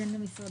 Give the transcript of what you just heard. משרד